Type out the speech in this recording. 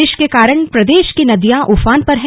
बारिश के कारण प्रदेश की नदियां उफान पर हैं